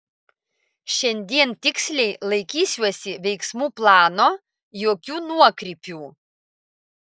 šiandien tiksliai laikysiuosi veiksmų plano jokių nuokrypių